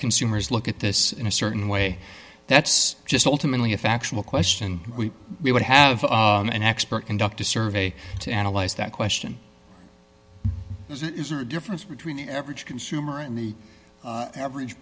consumers look at this in a certain way that's just ultimately a factual question we would have an expert conduct a survey to analyze that question because it is a difference between the average consumer and the average